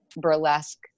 burlesque